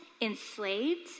enslaved